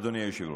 אדוני היושב-ראש,